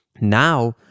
now